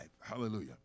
Hallelujah